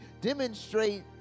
demonstrate